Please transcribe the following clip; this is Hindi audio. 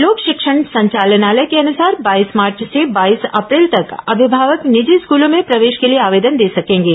लोक शिक्षण संचालनालय के अनुसार बाईस मार्च से बाईस अप्रैल तक अभिभावक निजी स्कूलों में प्रवेश के लिए आवेदन दे सकेंगे